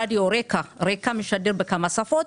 רדיו רקע משדר בכמה שפות.